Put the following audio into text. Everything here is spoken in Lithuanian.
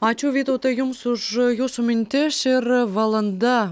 ačiū vytautai jums už jūsų mintis ir valanda